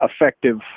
effective